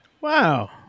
Wow